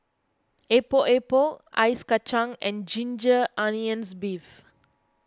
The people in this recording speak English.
Epok Epok Ice Kacang and Ginger Onions Beef